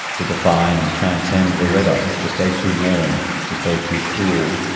to defy and transcend the weather, to stay too warm, to stay too cool,